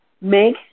Make